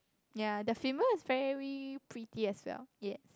ya the female is very pretty as well yes